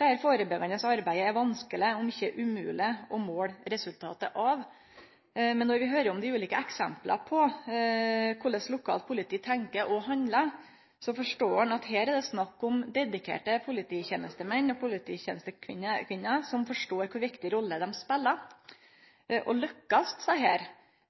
er vanskeleg, om ikkje umogleg, å måle resultatet av. Men når vi høyrer om dei ulike eksempla på korleis lokalt politi tenkjer og handlar, forstår ein at her er det snakk om dedikerte polititenestemenn og polititenestekvinner som forstår kor viktig rolle dei spelar. Lukkast desse,